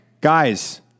guys